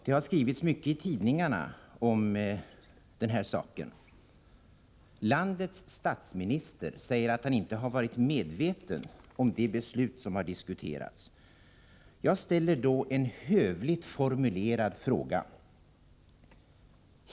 Det har skrivits mycket i tidningarna om den här saken. Landets statsminister säger att han inte har varit medveten om det beslut som diskuterats. Jag ställer mot den bakgrunden en hövligt formulerad fråga.